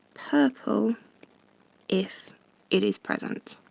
purple if it is present.